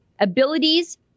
abilities